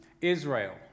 Israel